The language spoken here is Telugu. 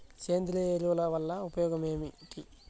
సేంద్రీయ ఎరువుల వల్ల ఉపయోగమేమిటీ?